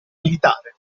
militare